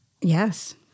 yes